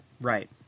Right